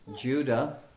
Judah